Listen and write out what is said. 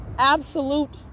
absolute